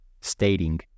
stating